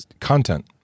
content